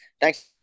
Thanks